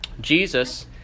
Jesus